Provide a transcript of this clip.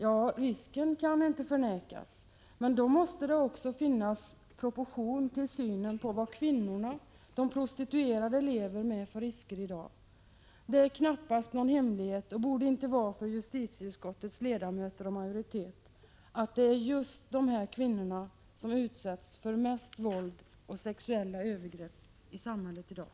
Ja, risken kan inte förnekas, men det måste också finnas proportioner i synen på vad kvinnorna, de prostituerade, i dag lever med för risker. Det är knappast någon hemlighet för justitieutskottets ledamöter att det är just dessa kvinnor som utsätts för mest våld och sexuella övergrepp i samhället i dag.